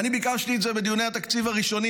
אני ביקשתי בדיוני התקציב הראשונים,